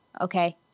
okay